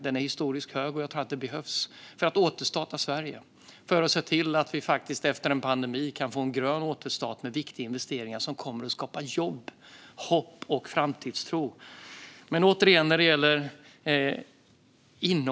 Den är historiskt hög, och jag tror att det behövs för att återstarta Sverige. Det behövs för att se till att vi kan få en grön återstart med viktiga investeringar som kommer att skapa jobb, hopp och framtidstro efter pandemin.